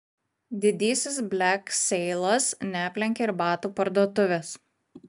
didysis blekseilas neaplenkė ir batų parduotuvės